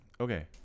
Okay